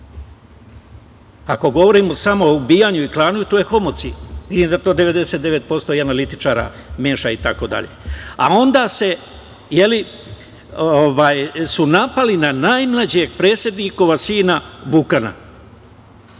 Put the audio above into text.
Ako govorimo samo o ubijanju i klanju, to je homocid, vidim da to 99% i analitičara meša itd. Onda su napali na najmlađeg predsednikovog sina Vukana,